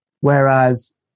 whereas